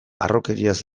harrokeriaz